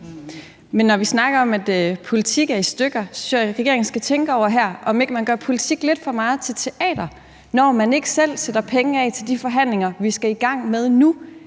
Men når vi snakker om, at politik er i stykker, synes jeg, at regeringen her skal tænke over, om ikke man gør politik lidt for meget til teater, når man ikke selv sætter penge af til de forhandlinger, vi skal i gang med nu.